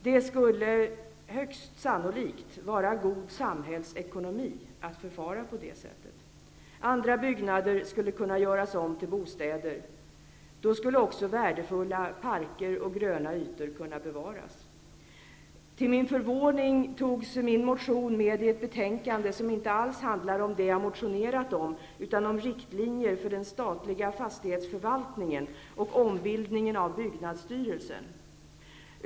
Det skulle troligen vara god samhällsekonomi att förfara på det sättet. Andra byggnader skulle kunna göras om till bostäder. Då skulle också värdefulla parker och gröna ytor kunna bevaras. Till min förvåning tas min motion med i ett betänkande som inte alls handlar om det jag motionerat om, utan om riktlinjer för den statliga fastighetsförvaltningen och ombildningen av byggnadsstyrelsen.